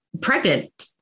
pregnant